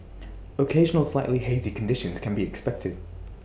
occasional slightly hazy conditions can be expected